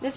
that's why